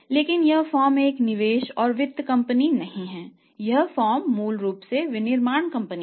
लेकिन यह फर्म एक निवेश और वित्त कंपनी नहीं है यह फर्म मूल रूप से विनिर्माण कंपनी है